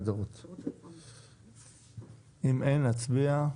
אם אין נצביע.